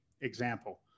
Example